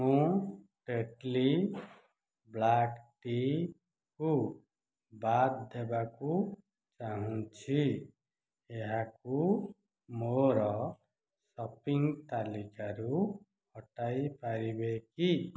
ମୁଁ Tetley black ଟିକୁ ବାଦ୍ ଦେବାକୁ ଚାହୁଁଛି ଏହାକୁ ମୋର ସପିଂ ତାଲିକାରୁ ହଟାଇ ପାରିବେ କି